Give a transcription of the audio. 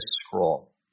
scroll